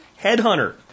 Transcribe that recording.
headhunter